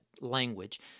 language